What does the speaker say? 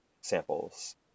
samples